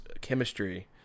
chemistry